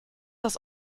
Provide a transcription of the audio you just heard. das